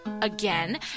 again